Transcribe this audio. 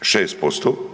6%,